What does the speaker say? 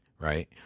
Right